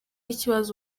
ikibazo